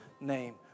name